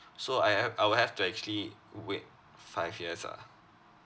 so I ha~ I will have to actually wait five years ah